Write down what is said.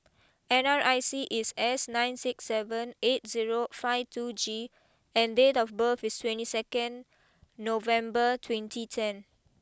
N R I C is S nine six seven eight zero five two G and date of birth is twenty second November twenty ten